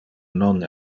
non